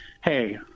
hey